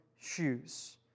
shoes